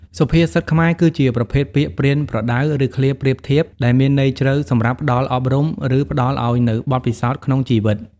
សុភាសិតខ្មែរ គឺជាប្រភេទពាក្យប្រៀនប្រដៅ ឬឃ្លាប្រៀបធៀបដែលមានន័យជ្រៅសម្រាប់ផ្ដល់អប់រំ ឬផ្ដល់ឱ្យនូវបទពិសោធន៍ក្នុងជីវិត។